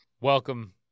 welcome